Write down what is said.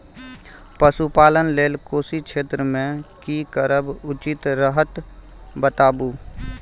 पशुपालन लेल कोशी क्षेत्र मे की करब उचित रहत बताबू?